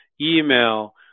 email